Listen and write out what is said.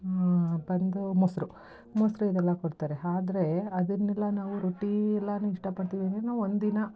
ಹಾಂ ಬಂದು ಮೊಸರು ಮೊಸರು ಇದೆಲ್ಲ ಕೊಡ್ತಾರೆ ಆದ್ರೆ ಅದನ್ನೆಲ್ಲ ನಾವು ರೊಟ್ಟಿ ಎಲ್ಲನೂ ಇಷ್ಟಪಡ್ತೀವಿ ಅಂದರೆ ನಾವು ಒಂದಿನ